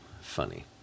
funny